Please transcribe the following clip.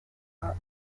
are